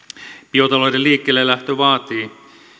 biotalouden liikkeellelähtö vaatii